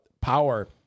power